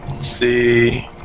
See